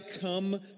come